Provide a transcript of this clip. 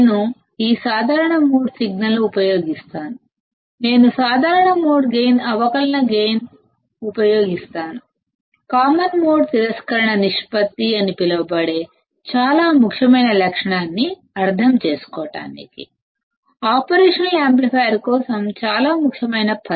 కాబట్టి ఈ ప్రత్యేక సందర్భంలో కామన్ మోడ్ సిగ్నల్ని ఉపయోగిస్తాను నేను కామన్ మోడ్ గైన్ అవకలన గైన్ ఉపయోగిస్తాను కామన్ మోడ్ రిజెక్షన్ రేషియో అని పిలువబడే చాలా ముఖ్యమైన లక్షణంని అర్థం చేసుకోవడానికి ఆపరేషనల్ యాంప్లిఫైయర్ కి ఇది చాలా ముఖ్యమైన పదం